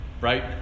right